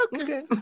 Okay